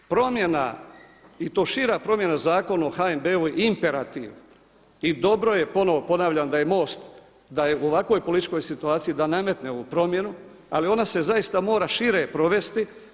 Promjena i to šira promjena Zakona o HNB-u je imperativ i dobro je ponovno ponavljam da je MOST da je u ovakvoj političkoj situaciji da nametne ovu promjenu, ali ona se zaista mora šire provesti.